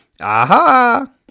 Aha